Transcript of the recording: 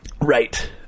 Right